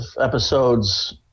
episodes